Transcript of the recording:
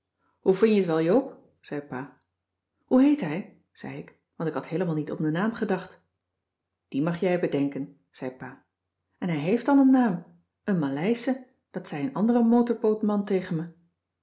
hoe vin je t wel joop zei pa hoe heet hij zei ik want ik had heelemaal niet om den naam gedacht dien mag jij bedenken zei pa en hij heeft al een naam een maleische dat zei een andere motorboot man tegen me